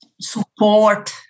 support